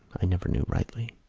i never knew rightly.